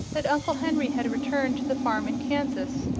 that uncle henry had returned to the farm in kansas,